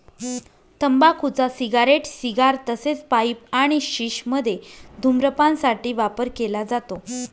तंबाखूचा cigarette, cigar तसेच pipe आणि शिश मध्ये धूम्रपान साठी वापर केला जातो